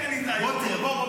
בוא.